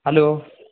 hello